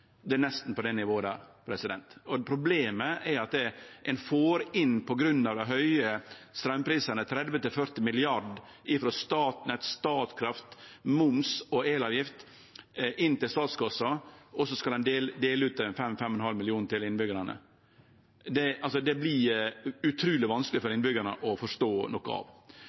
Det er nesten på det nivået. Problemet er at ein på grunn av dei høge straumprisane får inn frå Statnett og Statkraft til statskassa 30–40 mrd. kr i moms og elavgift, og så skal ein dele ut 5–5,5 mill. kr til innbyggjarane. Det blir utruleg vanskeleg for innbyggjarane å forstå noko av.